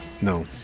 no